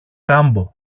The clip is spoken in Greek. κάμπο